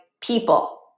people